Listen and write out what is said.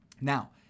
Now